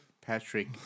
Patrick